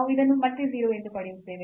ನಾವು ಇದನ್ನು ಮತ್ತೆ 0 ಎಂದು ಪಡೆಯುತ್ತೇವೆ